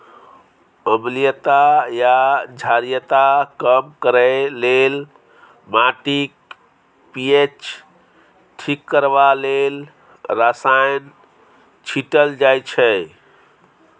अम्लीयता या क्षारीयता कम करय लेल, माटिक पी.एच ठीक करबा लेल रसायन छीटल जाइ छै